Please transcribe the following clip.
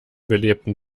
belebten